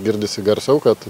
girdisi garsiau kad